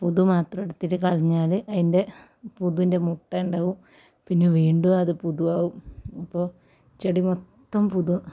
പുതു മാത്രം എടുത്തിട്ട് കളഞ്ഞാൽ അതിൻ്റെ പുതുൻ്റെ മുട്ട ഉണ്ടാകും പിന്നെ വീണ്ടും അത് പുതുവാകും അപ്പോൾ ചെടി മൊത്തം പുതു